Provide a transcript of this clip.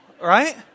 right